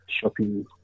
shopping